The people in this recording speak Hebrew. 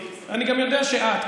אני גם יודע שאת,